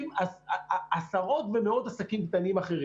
אחרי